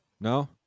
No